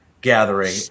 gathering